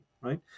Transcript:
right